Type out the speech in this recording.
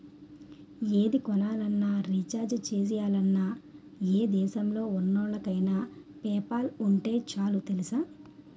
ఏది కొనాలన్నా, రీచార్జి చెయ్యాలన్నా, ఏ దేశంలో ఉన్నోళ్ళకైన పేపాల్ ఉంటే చాలు తెలుసా?